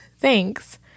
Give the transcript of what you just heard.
Thanks